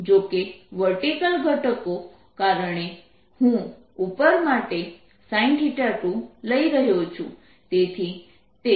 જો કે વર્ટીકલ ઘટકો કારણકે હું ઉપર માટે sin 2 લઈ રહ્યો છું